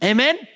Amen